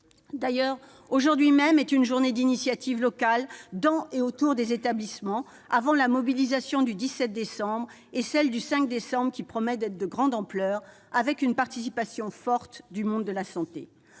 D'ailleurs, aujourd'hui même est une journée d'initiatives locales dans les établissements et autour, avant la mobilisation du 17 décembre et, auparavant, celle du 5 décembre, qui promet d'être de grande ampleur avec une participation forte du monde de la santé.